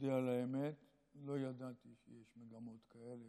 אודה על האמת שלא ידעתי שיש מגמות כאלה